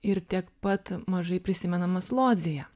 ir tiek pat mažai prisimenamas lodzėje